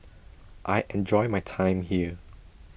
I enjoy my time here